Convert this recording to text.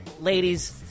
ladies